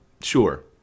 sure